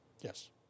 Yes